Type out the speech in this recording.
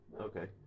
Okay